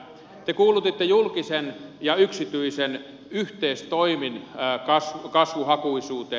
te kuulutitte julkisen ja yksityisen yhteistoimin kasvuhakuisuuteen